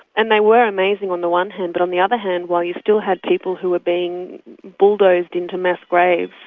and they were amazing on the one hand, but on the other hand, while you still had people who were being bulldozed into mass graves,